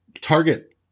Target